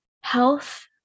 health